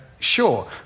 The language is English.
Sure